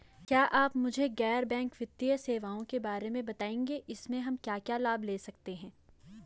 क्या आप मुझे गैर बैंक वित्तीय सेवाओं के बारे में बताएँगे इसमें हम क्या क्या लाभ ले सकते हैं?